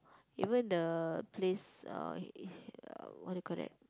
even the place uh what you call that